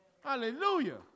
Hallelujah